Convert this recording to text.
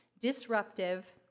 disruptive